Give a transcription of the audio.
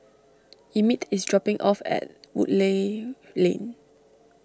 Emmitt is dropping off at Woodleigh Lane